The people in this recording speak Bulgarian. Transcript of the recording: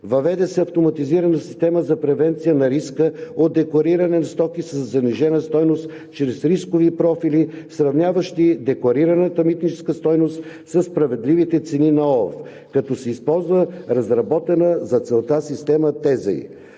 Въведе се автоматизирана система за превенция на риска от деклариране на стоки със занижена стойност чрез рискови профили, сравняващи декларираната митническа стойност със справедливите цени на ОЛАФ, като се използва разработената за целта система „Тезей“